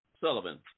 Sullivan